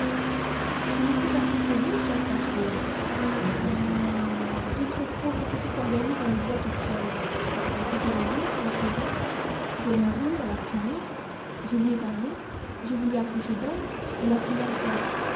je n'en sais pas plus que vous chère passerose dit ourson j'ai vu cette pauvre petite endormie dans le bois toute seule elle s'est éveillée elle a pleuré puis elle m'a vu elle a crié je lui ai parlé j'ai voulu approcher d'elle elle a crié encore